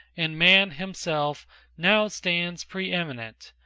and man himself now stands pre-eminent,